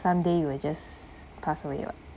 someday you will just pass away [what]